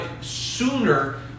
sooner